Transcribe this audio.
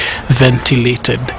ventilated